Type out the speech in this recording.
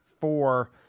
four